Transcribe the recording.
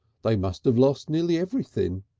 they must have lost nearly everything.